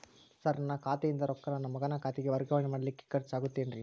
Sir ನನ್ನ ಖಾತೆಯಿಂದ ರೊಕ್ಕ ನನ್ನ ಮಗನ ಖಾತೆಗೆ ವರ್ಗಾವಣೆ ಮಾಡಲಿಕ್ಕೆ ಖರ್ಚ್ ಆಗುತ್ತೇನ್ರಿ?